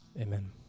Amen